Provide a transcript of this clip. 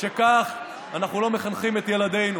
שכך אנחנו לא מחנכים את ילדינו.